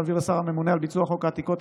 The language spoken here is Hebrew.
להעביר לשר הממונה על ביצוע חוק העתיקות,